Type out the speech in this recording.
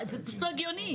זה לא הגיוני.